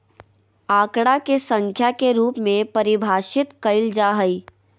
आंकड़ा के संख्या के रूप में परिभाषित कइल जा हइ